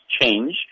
change